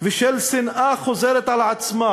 ושל שנאה חוזרת על עצמה,